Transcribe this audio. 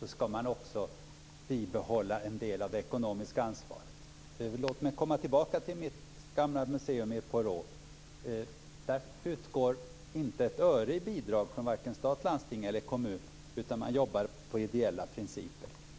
också skall bibehålla en del av det ekonomiska ansvaret. Låt mig komma tillbaka till mitt gamla museum i Råå. Där utgår inte ett öre i bidrag från varken stat, landsting eller kommun, utan man jobbar efter ideella principer.